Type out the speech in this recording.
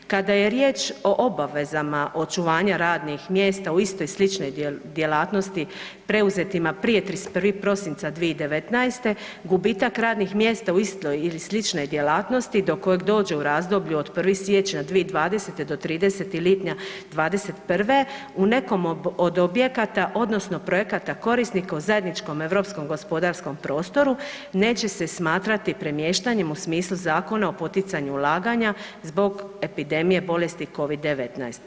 Kada je riječ o obavezama očuvanja radnih mjesta u istoj i sličnoj djelatnosti preuzetima prije 31. prosinca 2019., gubitak radnih mjesta u istoj ili sličnoj djelatnosti do koje dođe u razdoblju od 1. siječnja 2020. do 30. lipnja 2021., u nekom od objekata odnosno projekata korisnika u zajedničkom europskom gospodarskom prostoru, neće se smatrati premještanjem u smislu Zakona o poticanju ulaganja zbog epidemije bolesti COVID-19.